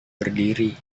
berdiri